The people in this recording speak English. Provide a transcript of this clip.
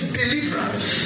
deliverance